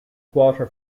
quarter